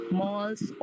malls